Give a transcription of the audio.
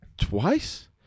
twice